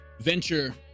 venture